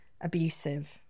abusive